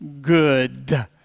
good